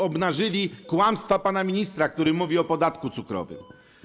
Obnażyli kłamstwa pana ministra, który mówi o podatku cukrowym.